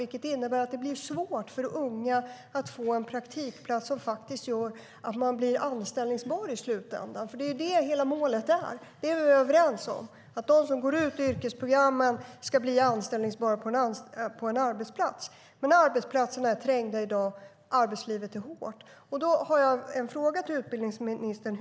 Det innebär att det blir svårt för unga att få en praktikplats som gör att de blir anställbara i slutänden. Vi är överens om att målet är att de som går ut yrkesprogrammen ska bli anställbara på en arbetsplats. Men arbetsplatserna är i dag trängda, och arbetslivet är hårt. Jag har en fråga till utbildningsministern.